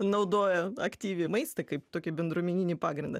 naudoja aktyviai maistą kaip tokį bendruomeninį pagrindą